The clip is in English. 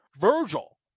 Virgil